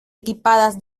equipadas